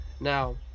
Now